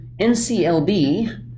NCLB